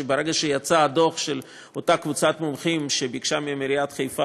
שברגע שיצא הדוח של אותה קבוצת מומחים שעיריית חיפה